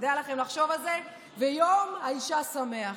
כדאי לכם לחשוב על זה, ויום האישה שמח.